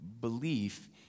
belief